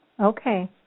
Okay